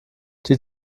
die